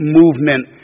movement